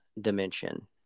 dimension